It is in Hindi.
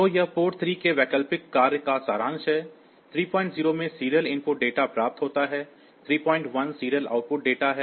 तो यह पोर्ट 3 के वैकल्पिक कार्य का सारांश है 30 में सीरियल इनपुट डेटा प्राप्त होता है 31 सीरियल आउटपुट डेटा है